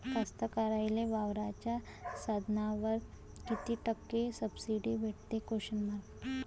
कास्तकाराइले वावराच्या साधनावर कीती टक्के सब्सिडी भेटते?